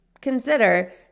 consider